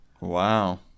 Wow